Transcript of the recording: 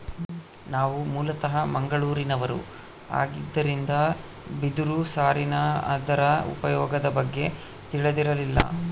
ನಾವು ಮೂಲತಃ ಮಂಗಳೂರಿನವರು ಆಗಿದ್ದರಿಂದ ಬಿದಿರು ಸಾರಿನ ಅದರ ಉಪಯೋಗದ ಬಗ್ಗೆ ತಿಳಿದಿರಲಿಲ್ಲ